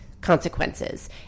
consequences